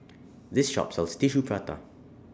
This Shop sells Tissue Prata